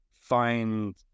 find